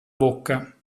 bocca